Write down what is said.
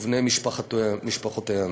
ובני משפחותיהם.